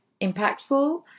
impactful